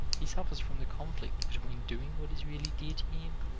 he suffers from the conflict between doing what is really dear to him